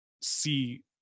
see